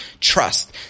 Trust